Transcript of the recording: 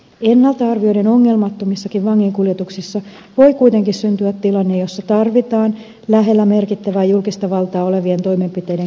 ennalta arvioiden ongelmattomissakin vanginkuljetuksissa voi kuitenkin syntyä tilanne jossa tarvitaan lähellä merkittävää julkista valtaa olevien toimenpiteiden käyttämistä